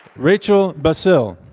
rachel baccile.